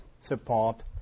support